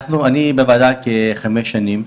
אני בוועדה כחמש שנים,